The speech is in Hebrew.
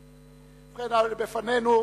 כפיים) רבותי,